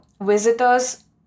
visitor's